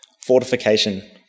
fortification